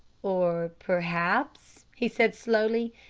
or perhaps, he said slowly,